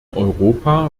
europa